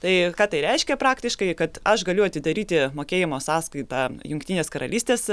tai ką tai reiškia praktiškai kad aš galiu atidaryti mokėjimo sąskaitą jungtinės karalystės